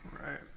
Right